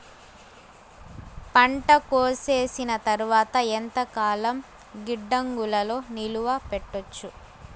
పంట కోసేసిన తర్వాత ఎంతకాలం గిడ్డంగులలో నిలువ పెట్టొచ్చు?